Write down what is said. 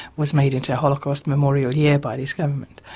was made into a holocaust memorial year by this government.